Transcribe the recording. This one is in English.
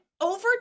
over